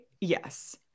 yes